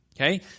okay